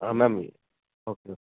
ಹಾಂ ma'am okay oak